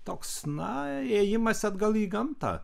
toks na ėjimas atgal į gamtą